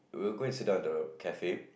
will go and sit down the cafe